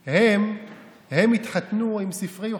הם יתחתנו עם ספרי יוחסין,